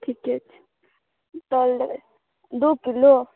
ठीके चाही तौल देबै दू किलो